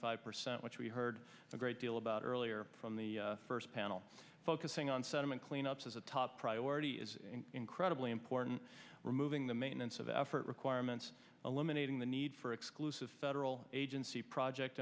five percent which we heard a great deal about earlier from the first panel focusing on sentiment cleanups as a top priority is incredibly important removing the maintenance of effort requirements eliminating the need for exclusive federal agency project